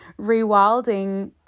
rewilding